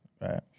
right